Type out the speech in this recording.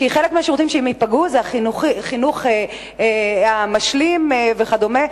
כי חלק מהשירותים שייפגעו זה החינוך המשלים וכדומה,